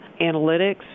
analytics